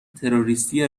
تروریستی